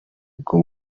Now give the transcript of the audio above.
bwo